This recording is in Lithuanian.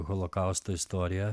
holokausto istoriją